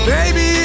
Baby